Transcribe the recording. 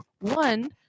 one